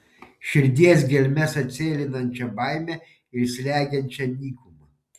širdies gelmes atsėlinančią baimę ir slegiančią nykumą